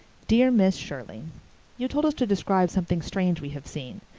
dear miss shirley you told us to describe something strange we have seen.